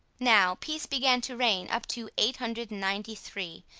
now peace began to reign up to eight hundred and ninety three,